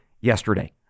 yesterday